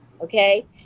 okay